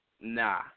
nah